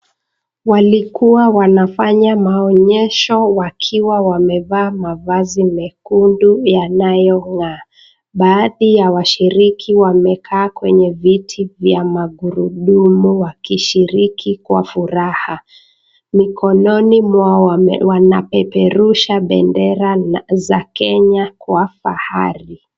Walikuwa wanafanya maonyesho wakiwa wamevaa mavazi mekundu yanayong'aa baadhi ya washiriki wamekaa kwenye viti vya magurudumu wakishiriki kwa furaha. Miongoni mwao wanapeperusha bendara za kenya kwa fahari.